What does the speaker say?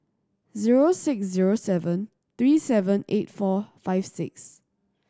zero six zero seven three seven eight four five six